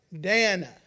Dana